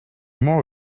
more